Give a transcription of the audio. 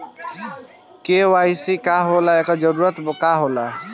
KYC का होला एकर जरूरत का होला?